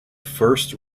first